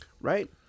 Right